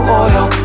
oil